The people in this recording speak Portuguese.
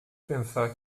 pensar